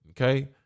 Okay